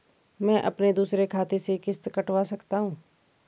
मैं अपने दूसरे खाते से किश्त कटवा सकता हूँ?